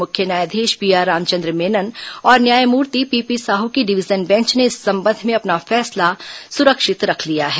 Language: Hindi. मुख्य न्यायाधीश पीआर रामचंद्र मेनन और न्यायमूर्ति पीपी साहू की डिवीजन बेंच ने इस संबंध में अपना फैसला सुरक्षित रख लिया है